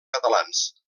catalans